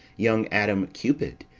young adam cupid,